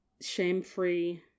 shame-free